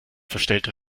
verstellter